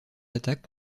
attaques